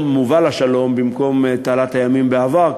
"מוּבַל השלום" במקום "תעלת הימים" בעבר,